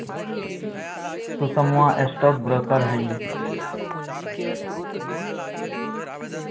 सुषमवा stock broker हई